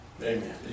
amen